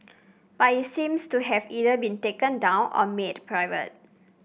but it seems to have either been taken down or made private